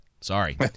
Sorry